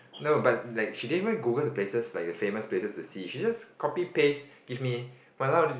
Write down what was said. no but like she didn't even Google the places like the famous places to see she just copy paste give me !walao! ju~